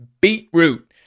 Beetroot